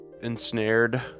ensnared